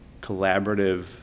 collaborative